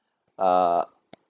uh